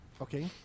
okay